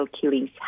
killings